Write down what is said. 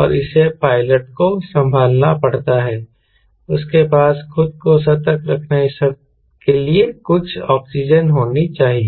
और इसे पायलट को संभालना पड़ता है उसके पास खुद को सतर्क रखने के लिए कुछ ऑक्सीजन होनी चाहिए